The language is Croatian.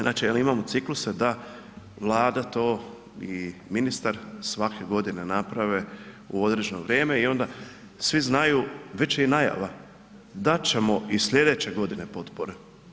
Znači jer imamo cikluse da Vlada to i ministar svake godine naprave u određeno vrijeme i onda svi znaju, već je i najava, dat ćemo i sljedeće godine potpore.